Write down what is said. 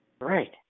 Right